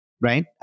right